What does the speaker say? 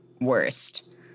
worst